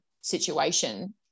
situation